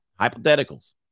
hypotheticals